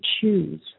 choose